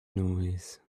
noise